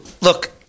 look –